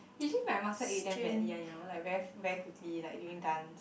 you see my muscle ache damn badly one you know like like very very quickly during dance